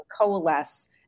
coalesce